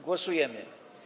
Głosujemy.